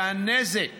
והנזק